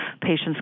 Patients